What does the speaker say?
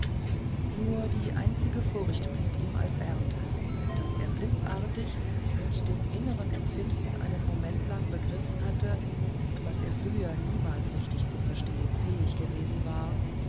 nur die einzige furcht blieb ihm als ernte daß er blitzartig mit dem inneren empfinden einen moment lang begriffen hatte was er früher niemals richtig zu verstehen fähig gewesen war